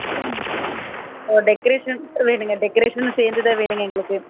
அப்புறம் ஓ டெக்கரேஷன் வேணுங்க டெக்கரேஷனும் சேர்ந்து தான் வேணுங்க எங்களுக்கு